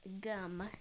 gum